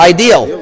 Ideal